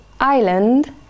island